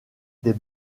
des